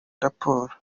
raporo